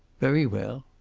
very well.